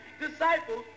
disciples